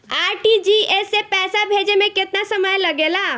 RTGS से पैसा भेजे में केतना समय लगे ला?